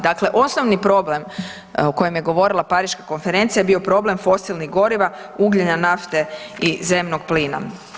Dakle, osnovni problem o kojem je govorila pariška konferencija je bio problem fosilnih goriva, ugljena, nafte i zemnog plina.